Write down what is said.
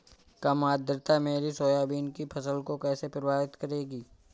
कम आर्द्रता मेरी सोयाबीन की फसल को कैसे प्रभावित करेगी?